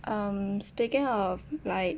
um speaking of like